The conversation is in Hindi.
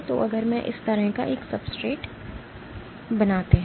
तो अगर मैं इस तरह एक सब्सट्रेट बनाते हैं